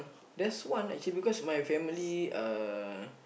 there's one actually because my family uh